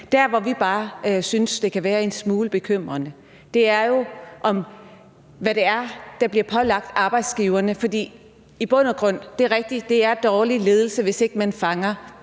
Det, vi bare synes kan være en smule bekymrende, er jo, hvad der bliver pålagt arbejdsgiverne. For det er rigtigt, at det i bund og grund er dårlig ledelse, hvis ikke man fanger,